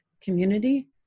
community